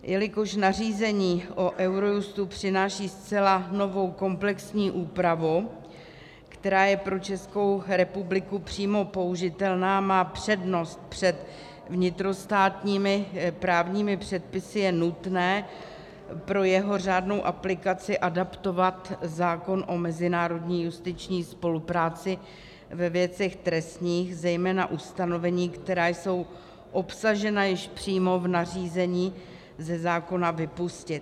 Jelikož nařízení o Eurojustu přináší zcela novou komplexní úpravu, která je pro Českou republiku přímo použitelná, má přednost před vnitrostátními právními předpisy, je nutné pro jeho řádnou aplikaci adaptovat zákon o mezinárodní justiční spolupráci ve věcech trestních, zejména ustanovení, která jsou obsažena již přímo v nařízení, ze zákona vypustit.